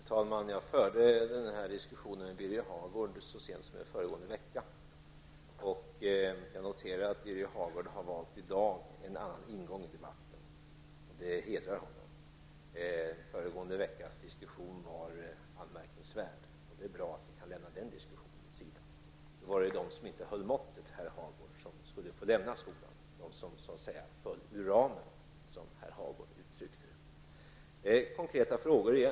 Herr talman! Jag förde den här diskussionen med Birger Hagård så sent som i föregående vecka. Jag noterar att Birger Hagård i dag har valt en annan ingång i debatten, och det hedrar honom. Föregående veckas diskussion var anmärkningsvärd. Det är bra att vi kan lämna den diskussionen åt sidan. Då var det de som inte höll måttet, herr Hagård, som skulle få lämna skolan, de som föll ur ramen, som herr Hagård uttryckte det. Jag fick några konkreta frågor igen.